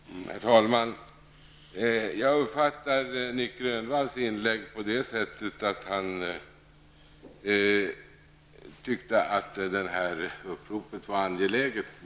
Herr talman! Jag uppfattar Nic Grönvalls inlägg så att han tyckte att detta upprop var angeläget.